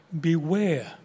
Beware